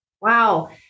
Wow